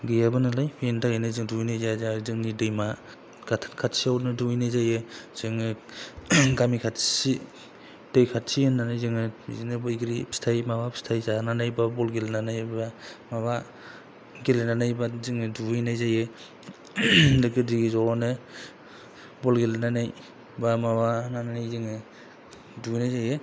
गैयाबो नालाय बेनि थाखायनो जों दुगैनाय जाया जोंहा जोंनि दैमा गाथोन खाथियावनो दुगैनाय जायो जों गामि खाथि दै खाथि होननानै जोङो बिदिनो बैग्रि फिथाइ माबा फिथाइ जानानै बा बल गेलेनानै बा माबा गेलेनानै बा जोङो दुगैनाय जायो लोगो दिगि जनो बल गेलेनानै बा माबनानै जोङो दुगैनाय जायो